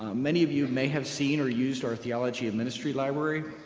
many of you may have seen or used our theology of ministry library,